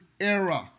era